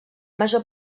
major